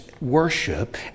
worship